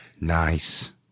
Nice